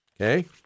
Okay